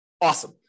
Awesome